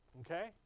Okay